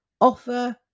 offer